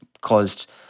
caused